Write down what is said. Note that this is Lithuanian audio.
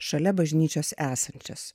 šalia bažnyčios esančias